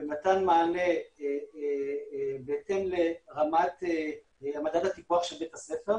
ומתן מענה בהתאם לרמת מדד הטיפוח של בית הספר.